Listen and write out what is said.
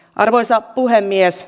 arvoisa puhemies